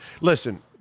listen